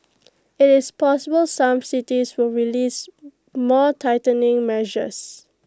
it's possible some cities will release more tightening measures